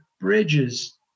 bridges